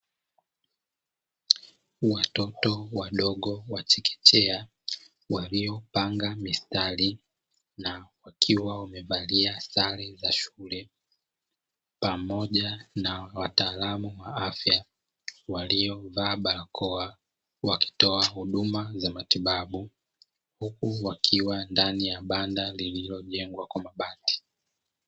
Watoto wadogo wa chekechea waliopanga mistari na wakiwa wamevalia sare za shule. Pamoja na wataalamu wa afya waliovaa barakoa wakitoa huduma za matibabu. Huku wakiwa ndani ya banda lililojengwa kwa mabati.